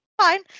fine